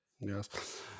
Yes